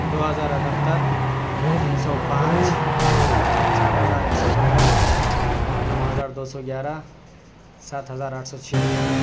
دو ہزار اٹھہتر تین سو پانچ چار ہزار ایک سو پندرہ نو ہزار دو سو گیارہ سات ہزار آٹھ سو چھہتر